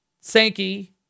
Sankey